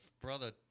brother